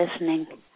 listening